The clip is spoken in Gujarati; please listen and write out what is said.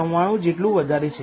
99 જેટલું વધારે છે